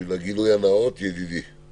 בשביל הגילוי הנאות ידידי.